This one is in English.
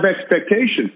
expectations